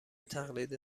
تقلید